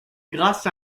grâce